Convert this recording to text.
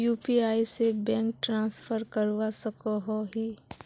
UPI से bank transfer करवा सकोहो ही?